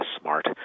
smart